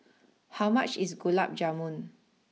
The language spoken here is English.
how much is Gulab Jamun